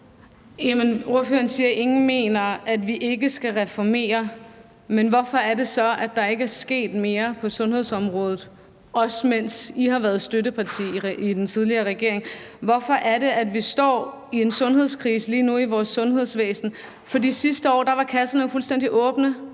(M): Ordføreren siger, at ingen mener, at vi ikke skal reformere, men hvorfor er det så, at der ikke er sket mere på sundhedsområdet, heller ikke mens I har været støtteparti for den tidligere regering? Hvorfor er det, at vi lige nu står med en sundhedskrise i vores sundhedsvæsen? For sidste år var kasserne jo fuldstændig åbne;